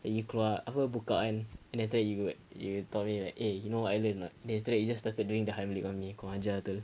and you keluar apa buka and and then after that you you told me right eh you know what I learnt or not then you started doing the hiemlich on me ajar [pe]